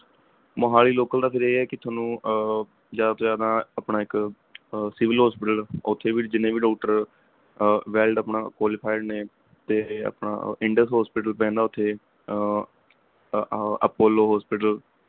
Mohali local ਦਾ ਫਿਰ ਇਹ ਹੈ ਕਿ ਤੁਹਾਨੂੰ ਜ਼ਿਆਦਾ ਤੋਂ ਜ਼ਿਆਦਾ ਆਪਣਾ ਇੱਕ ਸਿਵਲ ਹੋਸਪਿਟਲ ਉੱਥੇ ਵੀ ਜਿੰਨੇ ਵੀ ਡਾਕਟਰ ਵੈੱਲ ਆਪਣਾ ਕੁਆਲੀਫਾਇਲਡ ਨੇ ਅਤੇ ਆਪਣਾ ਇੰਡਸ ਹੋਸਪਿਟਲ ਪੈਂਦਾ ਉੱਥੇ ਅਪੋਲੋ ਹੋਸਪਿਟਲ